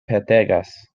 petegas